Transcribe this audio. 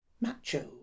macho